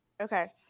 Okay